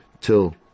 till